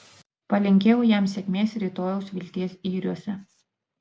palinkėjau jam sėkmės rytojaus vilties yriuose